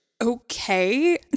Okay